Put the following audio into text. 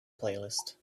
playlist